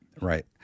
Right